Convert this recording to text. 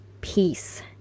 peace